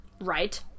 Right